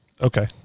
okay